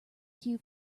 cue